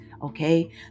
okay